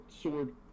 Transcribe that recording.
sword